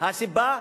הסיבה,